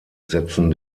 setzten